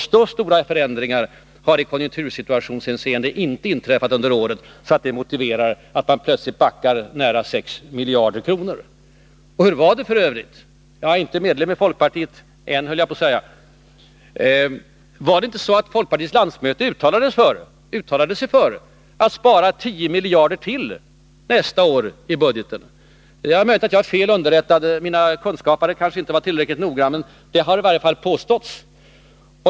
Så stora förändringar i konjunktursituationshänseende har inte inträffat under året att de skulle kunna motivera att man plötsligt backar nära sex miljarder kronor. Hur var det f. ö.? Jag är inte medlem i folkpartiet — än, höll jag på att säga. Uttalade sig inte folkpartiets landsmöte för att spara ytterligare 10 miljarder kronor nästa år i budgeten? Det är möjligt att jag är fel underrättad. Mina kunskapare kanske inte var tillräckligt noggranna. Men så har det i varje fall påståtts.